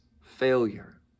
failure